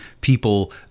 people